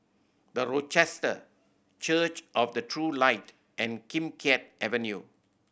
The Rochester Church of the True Light and Kim Keat Avenue